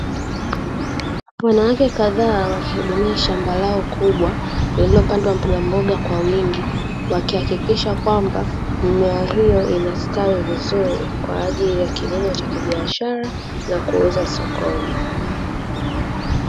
Wanawake kadhaa wakihudumia shamba lao kubwa lililopandwa mbogamboga kwa wingi, wakihakikisha kwamba mimea hiyo inastawi vizuri, kwa ajili ya kilimo cha kibiashara na kuuza sokoni.